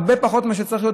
הרבה פחות מאשר צריך להיות,